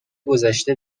گذشته